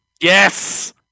Yes